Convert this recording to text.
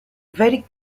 very